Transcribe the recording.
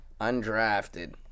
Undrafted